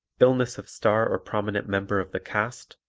illness of star or prominent member of the cast,